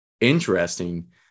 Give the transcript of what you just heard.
interesting